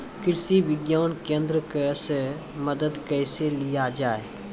कृषि विज्ञान केन्द्रऽक से मदद कैसे लिया जाय?